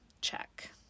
Check